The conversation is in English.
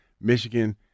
Michigan